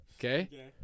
Okay